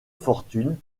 fortune